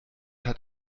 hat